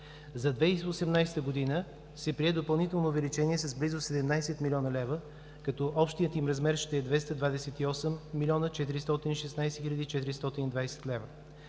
За 2018 г. се прие допълнително увеличение с близо 17 млн. лв., като общият им размер ще е 228 млн. 416 хил.